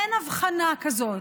אין הבחנה כזאת.